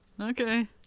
okay